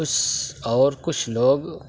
اُس اور کچھ لوگ